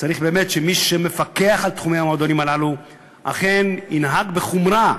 צריך באמת שמי שמפקח על תחומי המועדונים הללו אכן ינהג בחומרה,